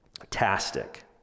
fantastic